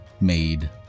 made